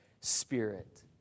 Spirit